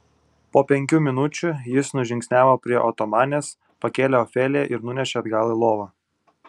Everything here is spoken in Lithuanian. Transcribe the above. po penkių minučių jis nužingsniavo prie otomanės pakėlė ofeliją ir nunešė atgal į lovą